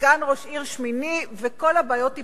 ראש עיר שמיני וכל הבעיות תיפתרנה.